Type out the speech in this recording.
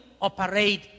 operate